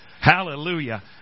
Hallelujah